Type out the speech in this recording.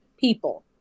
people